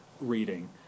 reading